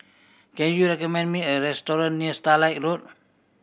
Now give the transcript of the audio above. can you recommend me a restaurant near Starlight Road